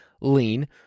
lean